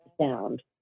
sound